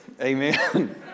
Amen